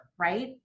right